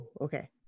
Okay